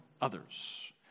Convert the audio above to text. others